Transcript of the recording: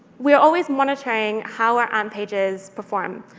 we are always monitoring how our amp pages perform.